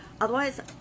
otherwise